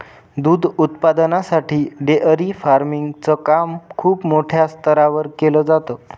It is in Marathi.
दूध उत्पादनासाठी डेअरी फार्मिंग च काम खूप मोठ्या स्तरावर केल जात